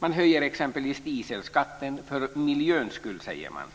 Man höjer exempelvis dieselskatten - för miljöns skull, säger man.